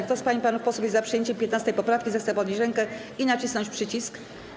Kto z pań i panów posłów jest za przyjęciem 15. poprawki, zechce podnieść rękę i nacisnąć przycisk.